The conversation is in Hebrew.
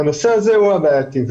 הנושא הזה הוא הבעייתי.